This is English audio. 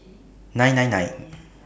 nine nine nine